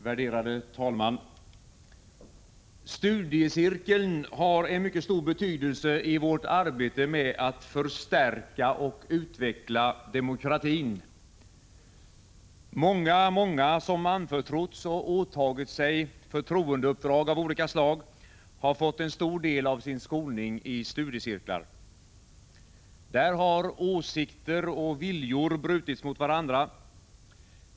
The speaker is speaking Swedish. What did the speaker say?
Herr talman! Studiecirkeln har en mycket stor betydelse i vårt arbete med att förstärka och utveckla demokratin. Många många som anförtrotts — och åtagit sig — förtroendeuppdrag av olika slag har fått en stor del av sin skolning i studiecirklar. Där har åsikter och viljor brutits mot varandra.